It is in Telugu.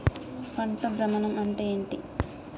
పంట భ్రమణం అంటే ఏంటి?